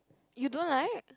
you don't like